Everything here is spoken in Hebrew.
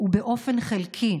ובאופן חלקי,